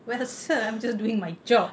well sir I'm just doing my job